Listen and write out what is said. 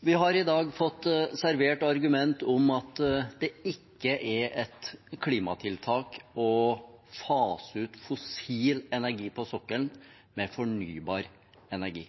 Vi har i dag fått servert argument om at det ikke er et klimatiltak å fase ut fossil energi på sokkelen med fornybar energi.